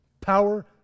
power